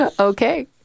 Okay